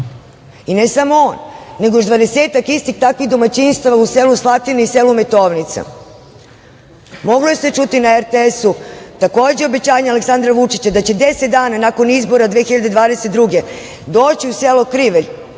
I, ne samo on, već još dvadesetak istih takvih domaćinstava u selu Slatina i selu Metovnica. Mogli ste čuti na RTS-u takođe obećanje Aleksandra Vučića da će deset dana nakon izbora 2022. godine doći u selo Krivelj